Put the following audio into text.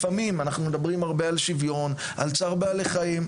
לפעמים אנחנו מדברים הרבה על שוויון ועל צער בעלי חיים,